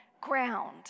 ground